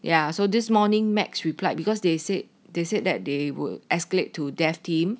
ya so this morning max replied because they said they said that they would escalate to dev team